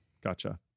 Gotcha